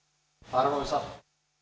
arvoisa